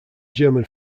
german